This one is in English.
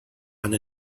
and